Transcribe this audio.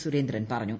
സുരേന്ദ്രൻ പറഞ്ഞു